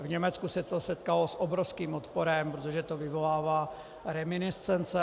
V Německu se to setkalo s obrovským odporem, protože to vyvolává reminiscence.